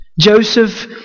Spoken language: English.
Joseph